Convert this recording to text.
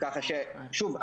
שוב,